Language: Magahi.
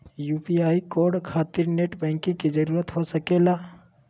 यू.पी.आई कोड खातिर नेट बैंकिंग की जरूरत हो सके ला?